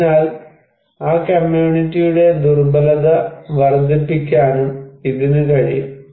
അതിനാൽ ആ കമ്മ്യൂണിറ്റിയുടെ ദുർബലത വർദ്ധിപ്പിക്കാനും ഇതിന് കഴിയും